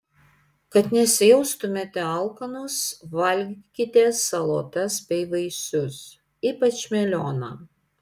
kad nesijaustumėte alkanos valgykite salotas bei vaisius ypač melioną